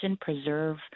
preserve